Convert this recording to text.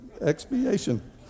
Expiation